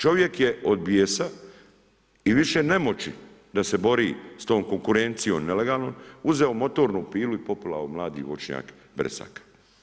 Čovjek je od bijesa i više nemoći da se bori s tom konkurencijom nelegalnom uzeo motornu pilu i popilao mladi voćnjak bresaka.